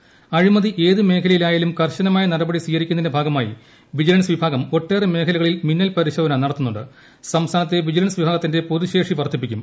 ് അഴിമതി ഏത് മേഖലയിലായാലും കർശനമായ നടപടി സ്വീകരിക്കുന്നതിന്റെ ഭാഗമായി വിജിലൻസ് വിഭാഗം ഒട്ടേറെ മേഖലകളിൽ മിന്നൽ പരിശോധന നടത്തുന്നുണ്ട് സംസ്ഥാനത്തെ വിജിലൻസ് വിഭാഗത്തിന്റെ പൊതുശേഷി വർദ്ധിപ്പിക്കും